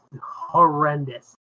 horrendous